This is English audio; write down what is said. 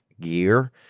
gear